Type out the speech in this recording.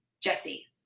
Jesse